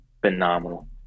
phenomenal